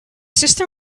system